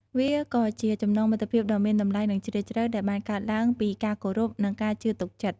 វាក៏ជាចំណងមិត្តភាពដ៏មានតម្លៃនឹងជ្រាលជ្រៅ ដែលបានកើតឡើងពីការគោរព និងការជឿទុកចិត្ត។